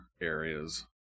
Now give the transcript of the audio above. areas